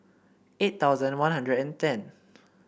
eight thousand One Hundred and ten